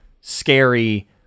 scary